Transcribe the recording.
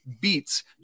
beats